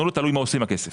תלוי מה הוא עושה עם הכסף.